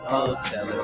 Hotel